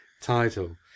title